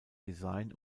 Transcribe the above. design